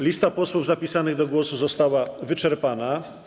Lista posłów zapisanych do głosu została wyczerpana.